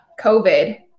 COVID